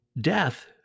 death